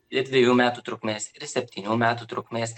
ir dviejų metų trukmės ir septynių metų trukmės